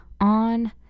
on